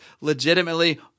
legitimately